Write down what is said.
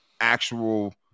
actual